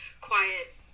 quiet